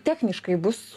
techniškai bus